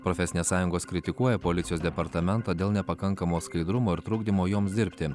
profesinės sąjungos kritikuoja policijos departamentą dėl nepakankamo skaidrumo ir trukdymo joms dirbti